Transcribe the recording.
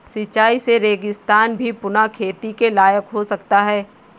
सिंचाई से रेगिस्तान भी पुनः खेती के लायक हो सकता है